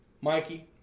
Mikey